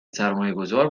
سرمایهگذار